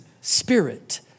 spirit